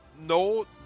no